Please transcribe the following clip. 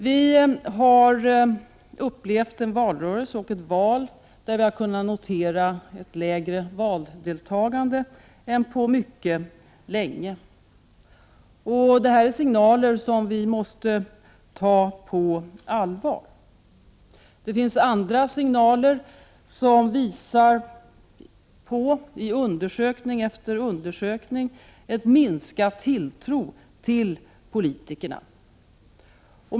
Vi har upplevt en valrörelse och ett val där vi har kunnat notera ett lägre valdeltagande än på mycket länge. Det är signaler som vi måste ta på allvar. Det finns andra signaler som i undersökning efter undersökning pekar på en minskad tilltro till politiker.